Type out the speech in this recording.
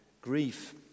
grief